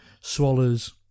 swallows